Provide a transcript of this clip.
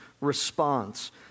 response